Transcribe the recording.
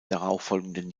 darauffolgenden